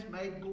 made